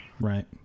Right